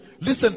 listen